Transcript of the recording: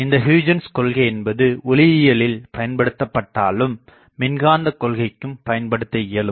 இந்த ஹியூஜென்ஸ் கொள்கை என்பது ஒளிஇயலில் பயன்படுத்தப்பட்டாலும் மின்காந்த கொள்கைக்கும் பயன்படுத்த இயலும்